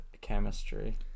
chemistry